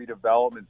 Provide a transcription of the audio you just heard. redevelopment